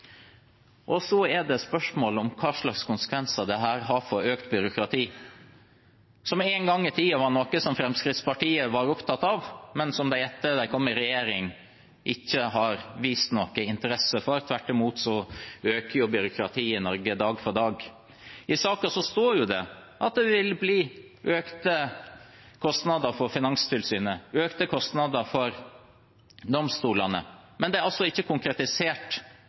Så er spørsmålet hva slags konsekvenser dette har for økt byråkrati, som en gang i tiden var noe Fremskrittspartiet var opptatt av, men som de etter at de kom i regjering, ikke har vist noen interesse for – tvert imot øker byråkratiet i Norge dag for dag. I innstillingen står det jo at det vil bli økte kostnader for Finanstilsynet, økte kostnader for domstolene, men det er altså ikke konkretisert